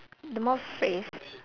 the more phrase